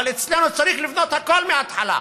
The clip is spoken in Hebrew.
אבל אצלנו צריך לבנות הכול מהתחלה,